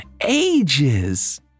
ages